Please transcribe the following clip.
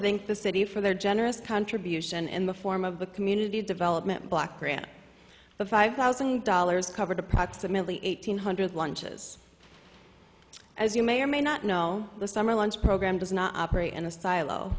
think the city for their generous contribution in the form of the community development block grant the five thousand dollars covered approximately eight hundred lunches as you may or may not know the summer lunch program does not operate in a silo